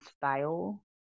style